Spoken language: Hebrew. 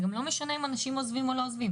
גם לא משנה אם אנשים עוזבים או לא עוזבים.